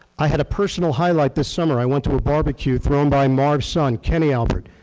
i had a personal highlight this summer. i went to a barbecue thrown by marv's son, kenny albert.